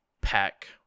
pack